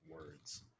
words